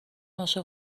عاشق